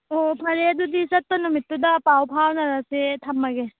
ꯑꯣ ꯐꯔꯦ ꯑꯗꯨꯗꯤ ꯆꯠꯄ ꯅꯨꯃꯤꯠꯇꯨꯗ ꯄꯥꯎ ꯐꯥꯎꯅꯔꯁꯦ ꯊꯝꯃꯒꯦ